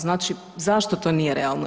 Znači zašto to nije realno?